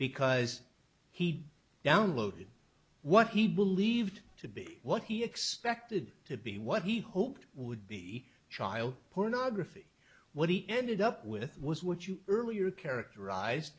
because he downloaded what he believed to be what he expected to be what he hoped would be child pornography what he ended up with was what you earlier characterize